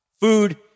Food